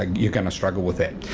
like you're going to struggle with that.